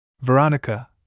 Veronica